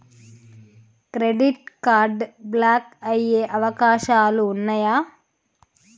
Credit card block అయ్యే అవకాశాలు ఉన్నయా?